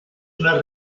una